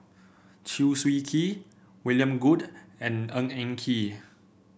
Chew Swee Kee William Goode and Ng Eng Kee